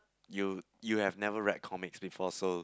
you you have never read comics before so